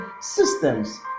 systems